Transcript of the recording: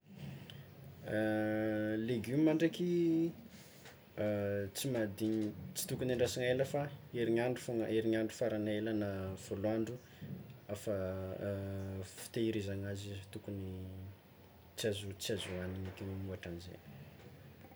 Legioma ndraiky, tsy mahadigny, tsy tokony andrasagna ela fa herigniandro fôgna herigniandro farany hela na folo andro afa fitehirizagna azy tokony tsy azo tsy azo hoagniny eky mihoatran'izay.